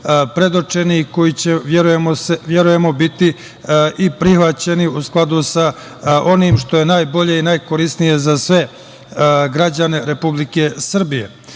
predočeni i koji će, verujemo, biti prihvaćeni u skladu sa onim što je najbolje i najkorisnije za sve građane Republike Srbije. Ono